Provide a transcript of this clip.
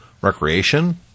recreation